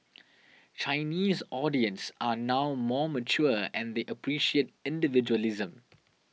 Chinese audience are now more mature and they appreciate individualism